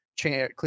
clean